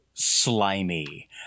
slimy